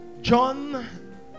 John